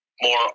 More